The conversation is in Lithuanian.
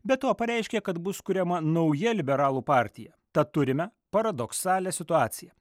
be to pareiškė kad bus kuriama nauja liberalų partija tad turime paradoksalią situaciją